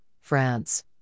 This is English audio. France